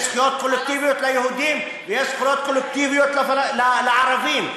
יש זכויות קולקטיביות ליהודים ויש זכויות קולקטיביות לערבים.